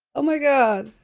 oh my god.